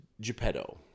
Geppetto